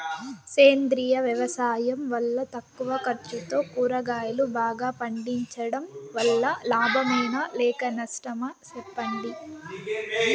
సేంద్రియ వ్యవసాయం వల్ల తక్కువ ఖర్చుతో కూరగాయలు బాగా పండించడం వల్ల లాభమేనా లేక నష్టమా సెప్పండి